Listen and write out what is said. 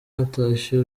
hatashywe